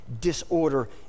disorder